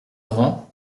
grands